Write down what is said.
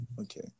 okay